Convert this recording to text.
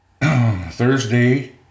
Thursday